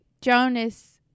Jonas